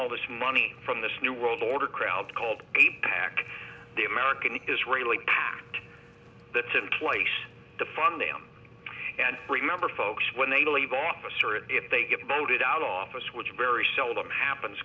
all this money from this new world order crowd called a pac the american israeli that and place to fund them and remember folks when they leave office or if they get voted out of office which very seldom happens